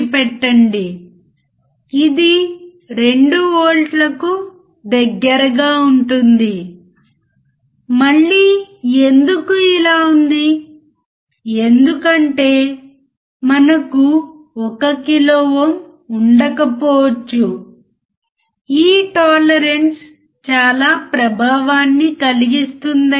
అతను బ్రెడ్బోర్డుపై తెరపై చూపిన విధంగా వోల్టేజ్ ఫాలోయర్ ని కనెక్ట్ చేస్తాడు కాబట్టి అతను ఏమి చేస్తున్నాడు